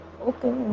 Okay